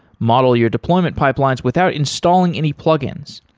model your deployment pipelines without installing any plug-ins.